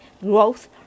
growth